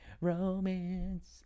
romance